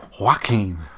Joaquin